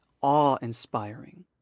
awe-inspiring